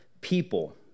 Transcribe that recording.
people